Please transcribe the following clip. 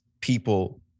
people